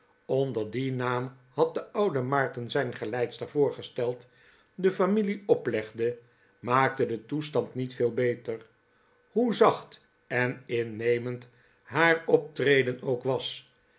onder dien naam had de oude maarten zijn geleidster voorgesteld de familie oplegde maakte den toestand niet veel beter hoe zacht en innemend haar optreden ook was